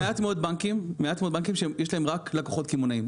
יש לנו מעט מאוד בנקים שיש להם רק לקוחות קמעונאיים,